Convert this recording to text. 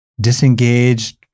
disengaged